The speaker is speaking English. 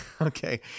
okay